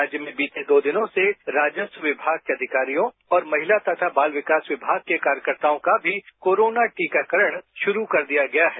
राज्य में बीते दो दिनों से राजस्व विभाग के अधिकारियों और महिला तथा बाल विकास विभाग के कार्यकर्ताओं का भी कोरोना टीकाकरण शुरू कर दिया गया है